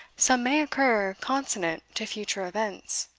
some may occur consonant to future events.